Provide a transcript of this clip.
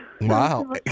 Wow